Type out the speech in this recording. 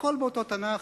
הכול באותו תנ"ך,